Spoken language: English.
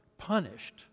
punished